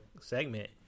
segment